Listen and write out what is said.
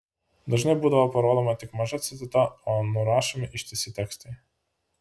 dažnai būdavo parodoma tik maža citata o nurašomi ištisi tekstai